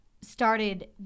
started